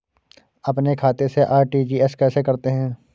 अपने खाते से आर.टी.जी.एस कैसे करते हैं?